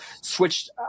switched –